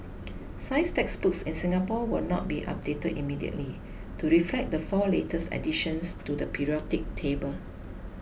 science textbooks in Singapore will not be updated immediately to reflect the four latest additions to the periodic table